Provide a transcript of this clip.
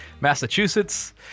Massachusetts